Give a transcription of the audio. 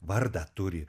vardą turi